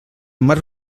mar